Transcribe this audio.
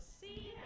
See